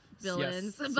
villains